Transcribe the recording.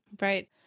Right